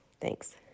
Thanks